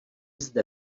zde